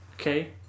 Okay